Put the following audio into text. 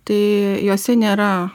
tai jose nėra